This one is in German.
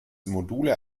module